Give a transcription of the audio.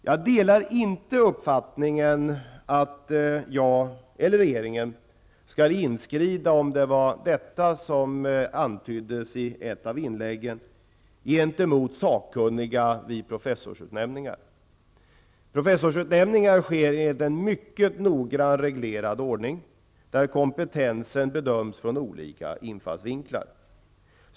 Jag delar inte uppfattningen att jag eller regeringen skall inskrida -- om det var detta som antyddes i ett av inläggen -- gentemot sakkunniga vid professorsutnämningar. Dessa sker enligt en mycket noggrant reglerad ordning, där kompetensen bedöms från olika infallsvinklar.